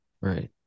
Right